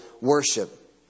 worship